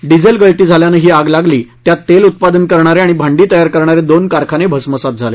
diesel गळती झाल्यानं ही आग लागली त्यात तेल उत्पादन करणारे आणि भांडी तयार करण्याचे दोन कारखाने भस्मसात झाले